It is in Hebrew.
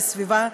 לסביבה,